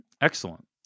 Excellent